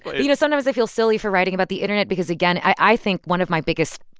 you know, sometimes i feel silly for writing about the internet because, again, i think one of my biggest,